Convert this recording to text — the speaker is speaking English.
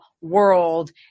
world